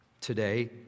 today